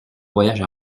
voyage